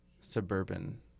suburban